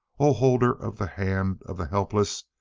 o holder of the hand of the helpless!